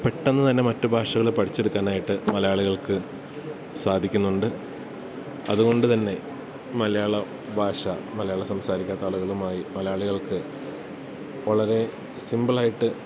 പെട്ടന്ന്തന്നെ മറ്റ് ഭാഷകള് പഠിച്ചെടുക്കാനായിട്ട് മലയാളികൾക്ക് സാധിക്കുന്നുണ്ട് അത്കൊണ്ട്തന്നെ മലയാളഭാഷ മലയാളം സംസാരിക്കാത്ത ആളുകളുമായി മലയാളികൾക്ക് വളരെ സിമ്പിളായിട്ട്